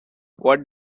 what